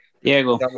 Diego